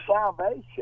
salvation